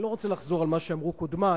אני לא רוצה לחזור על מה שאמרו קודמי,